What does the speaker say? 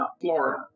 Florida